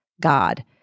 God